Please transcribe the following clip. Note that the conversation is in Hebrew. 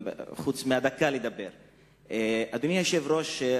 אדוני היושב-ראש,